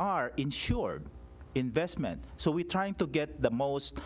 are insured investment so we're trying to get the most